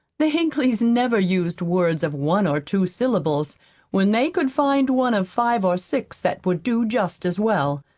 the hinkleys never used words of one or two syllables when they could find one of five or six that would do just as well.